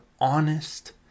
honest